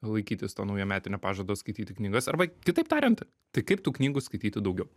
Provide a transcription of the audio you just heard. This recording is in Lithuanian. laikytis to naujametinio pažado skaityti knygas arba kitaip tariant tai kaip tų knygų skaityti daugiau